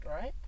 right